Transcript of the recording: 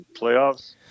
playoffs